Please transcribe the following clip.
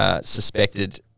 suspected